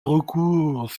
recours